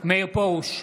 מאיר פרוש,